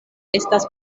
estas